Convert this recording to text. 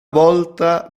volta